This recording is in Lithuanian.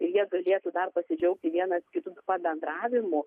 ir jie galėtų dar pasidžiaugti vienas kitu pabendravimu